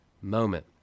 moment